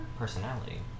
personality